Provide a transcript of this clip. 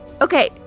Okay